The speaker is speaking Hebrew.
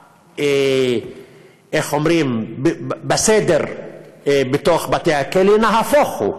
איך אומרים, בסדר בתוך בתי-הכלא, נהפוך הוא,